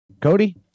Cody